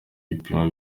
ibipimo